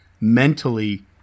mentally